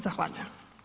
Zahvaljujem.